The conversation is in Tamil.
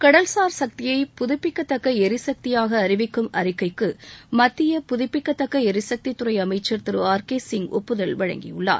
கடல்சார் சக்தியை புதுப்பிக்கத்தக்க எரிசக்தியாக அறிவிக்கும் அறிக்கைக்கு மத்திய புதுப்பிக்கத்தக்க எரிசக்தித்துறை அமைச்சர் ஆர் கே சிங் ஒப்புதல் வழங்கியுள்ளார்